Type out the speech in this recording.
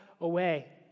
away